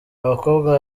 abakobwa